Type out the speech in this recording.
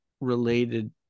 related